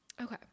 okay